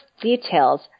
details